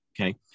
Okay